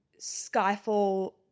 Skyfall